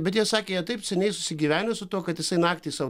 bet jie sakė jie taip seniai susigyvenę su tuo kad jisai naktį sau